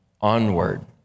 onward